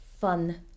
fun